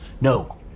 No